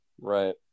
right